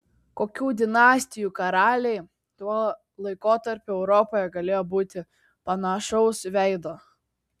kokių dinastijų karaliai tuo laikotarpiu europoje galėjo būti panašaus veido